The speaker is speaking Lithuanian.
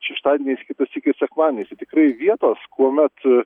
šeštadieniais kitą sykį ir sekmadieniais tai tikrai vietos kuomet